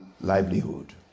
livelihood